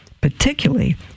particularly